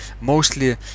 mostly